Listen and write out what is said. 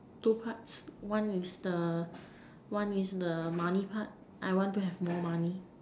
two parts one is the one is the money part I want to have more money